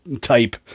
type